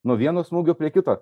nuo vieno smūgio prie kito